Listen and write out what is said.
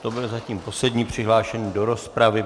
To byl zatím poslední přihlášený do rozpravy.